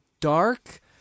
dark